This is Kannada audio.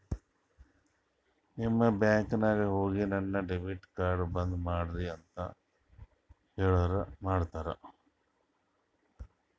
ನೀವ್ ಬ್ಯಾಂಕ್ ನಾಗ್ ಹೋಗಿ ನನ್ ಡೆಬಿಟ್ ಕಾರ್ಡ್ ಬಂದ್ ಮಾಡ್ರಿ ಅಂತ್ ಹೇಳುರ್ ಮಾಡ್ತಾರ